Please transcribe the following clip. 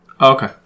Okay